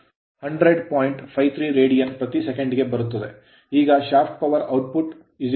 ಈಗ shaft power output shaft power output useful torque ಉಪಯುಕ್ತ torque rotor rotor ವೇಗ